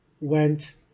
went